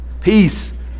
peace